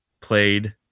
played